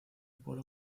pueblo